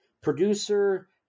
Producer